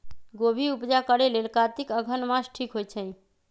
गोभि उपजा करेलेल कातिक अगहन मास ठीक होई छै